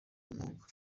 umwuga